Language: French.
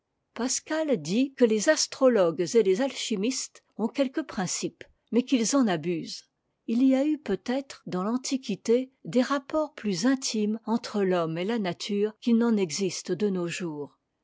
pascal dit que les astrologues et les alchimistes ont quelques prmctpes mais m't en abusent tl y a eu peut-être dans l'antiquité des rapports plus intimes entre l'homme et la nature qu'il n'en existe de nos jours